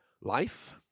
life